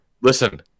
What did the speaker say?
Listen